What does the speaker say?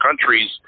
countries